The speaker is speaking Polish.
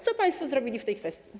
Co państwo zrobili w tej kwestii?